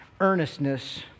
earnestness